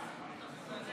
הוא ירד,